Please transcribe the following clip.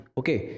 okay